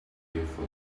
fearful